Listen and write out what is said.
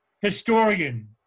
Historian